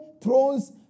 thrones